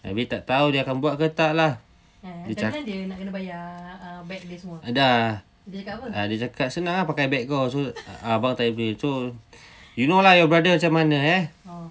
tapi tak tahu dia akan buat ke tak lah dah cakap dah uh dia cakap senang ah pakai bag kau abang tak payah beli so you know lah your brother macam mana eh